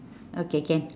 okay can